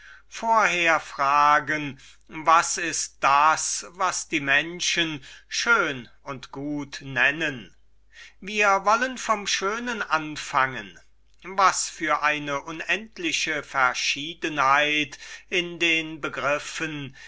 vorher fragen was ist das was die menschen schön und gut nennen wir wollen vom schönen den anfang machen was für eine unendliche verschiedenheit in den begriffen